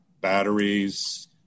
batteries